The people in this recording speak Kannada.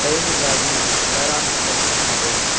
ಟೈಮ್ಗಾಗಿ ಅಲಾರಾಮ್ ಸೆಟ್ ಮಾಡು